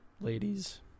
ladies